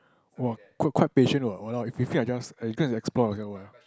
!wah! quite quite patient what !walao! if if me I just I go and explore myself